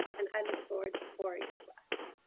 and i look forward to pouring the glass.